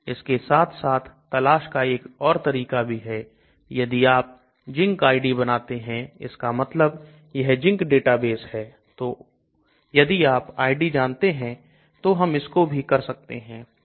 इसके साथ साथ तलाश का एक और तरीका भी है यदि आप Zinc आईडी जानते हैं इसका मतलब यह Zinc डेटाबेस है तो यदि आप आईडी जानते हैं तो हम इसको भी कर सकते हैं